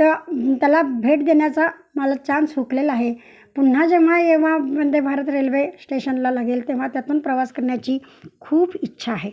तर त्याला भेट देण्याचा मला चान्स हुकलेला आहे पुन्हा जेव्हा केव्हा वंदे भारत रेल्वे स्टेशनला लागेल तेव्हा त्यातून प्रवास करण्याची खूप इच्छा आहे